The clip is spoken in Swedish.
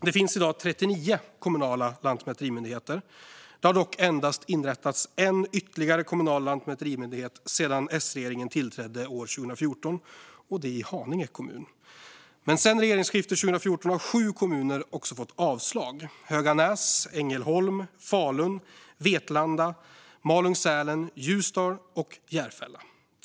Det finns i dag 39 kommunala lantmäterimyndigheter. Det har dock endast inrättats en ytterligare kommunal lantmäterimyndighet sedan Sregeringen tillträdde 2014, och det var i Haninge kommun. Sedan regeringsskiftet 2014 har sju kommuner fått avslag: Höganäs, Ängelholm, Falun, Vetlanda, Malung-Sälen, Ljusdal och Järfälla.